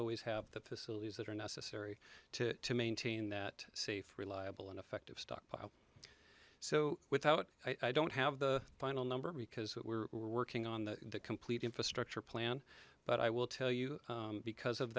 always have the facilities that are necessary to maintain that safe reliable and effective stockpile so without i don't have the final number because we're working on the complete infrastructure plan but i will tell you because of